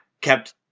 kept